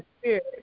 Spirit